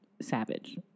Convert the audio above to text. savage